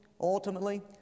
ultimately